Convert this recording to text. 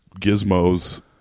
gizmos